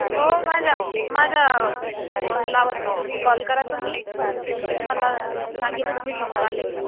हो माझा माझा फो फोन लावा म्हणजे कॉल करा तुम्ही तुम्हाला सांगेनच मी समोर आलं की